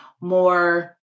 more